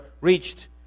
reached